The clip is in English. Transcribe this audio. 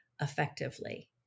effectively